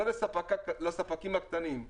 לא לספקים הקטנים.